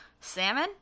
salmon